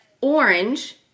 orange